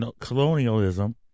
colonialism